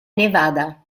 nevada